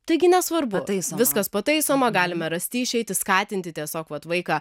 taigi nesvarbu tai viskas pataisoma galime rasti išeitį skatinti tiesiog vat vaiką